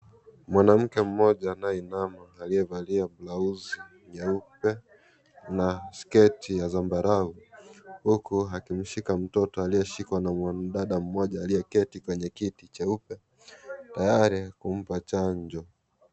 Mwanamke mmoja anayeinama aliyevalia (CS)blouse(CS)nyeupe na sketi ya zambarao huku akimshika mtoto aliyeshikwa na mwanadada mmoja aliyeketi kwenye kiti nyeupe tayari kumla chanjo.